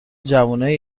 جوونای